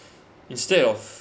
instead of